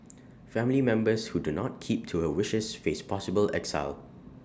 family members who do not keep to her wishes face possible exile